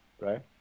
right